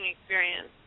experience